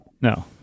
No